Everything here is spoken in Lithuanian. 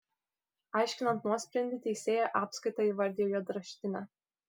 aiškinant nuosprendį teisėja apskaitą įvardijo juodraštine